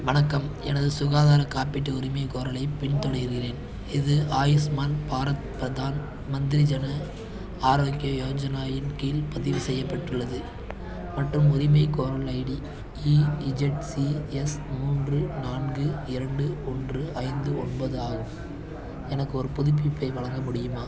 வணக்கம் எனது சுகாதார காப்பீட்டு உரிமைகோரலைப் பின்தொடர்கிறேன் இது ஆயுஷ்மான் பாரத் பிரதான் மந்திரி ஜன ஆரோக்ய யோஜனா இன் கீழ் பதிவு செய்யப்பட்டுள்ளது மற்றும் உரிமைகோரல் ஐடி இஇஜட்சிஎஸ் மூன்று நான்கு இரண்டு ஒன்று ஐந்து ஒன்பது ஆகும் எனக்கு ஒரு புதுப்பிப்பை வழங்க முடியுமா